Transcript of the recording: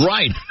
Right